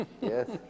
yes